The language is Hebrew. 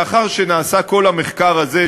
לאחר שנעשה כל המחקר הזה,